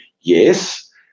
yes